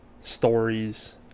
stories